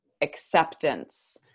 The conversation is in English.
acceptance